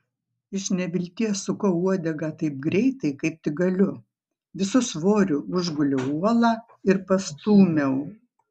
iš nevilties sukau uodegą taip greitai kaip tik galiu visu svoriu užguliau uolą ir pastūmiau